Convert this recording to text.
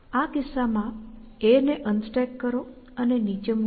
આ કિસ્સામાં A ને અનસ્ટેક કરો અને નીચે મૂકો